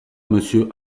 monsieur